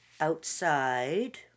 outside